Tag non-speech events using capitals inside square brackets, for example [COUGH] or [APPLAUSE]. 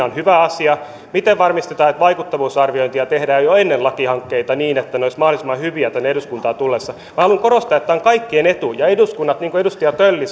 [UNINTELLIGIBLE] on hyvä asia miten varmistetaan että vaikuttavuusarviointia tehdään jo ennen lakihankkeita niin että ne olisivat mahdollisimman hyviä tänne eduskuntaan tullessaan haluan korostaa että on kaikkien etu ja eduskunnassa niin kuin edustaja tölli [UNINTELLIGIBLE]